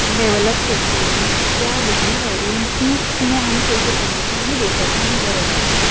develop करची आनी त्या बिझनस आयडियेन ती तिणें आनी पयशे कमोवचे आनी देशाचें आनी बरें जावचें